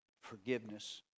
Forgiveness